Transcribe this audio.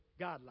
guidelines